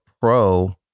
pro